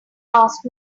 asked